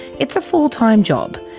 it's a full-time job.